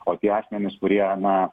o tie asmenys kurie na